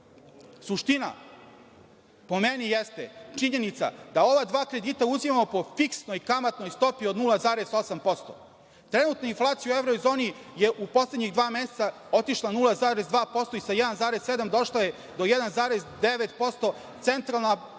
Suština, po meni, jeste činjenica da ova dva kredita uzimamo po fiksnoj kamatnoj stopi od 0,8%.Trenutna inflacija u evrozoni je u poslednja dva meseca otišla 0,2% i sa 1,7 došla je do 1,9%. Centralna banka